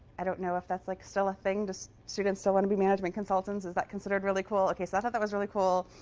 i don't know if that's like still a thing. do students still want to be management consultants? is that considered really cool? ok, so i thought that was really cool.